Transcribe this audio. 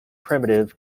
primitive